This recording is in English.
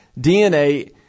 DNA